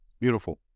beautiful